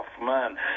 man